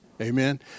Amen